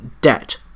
debt